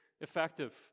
effective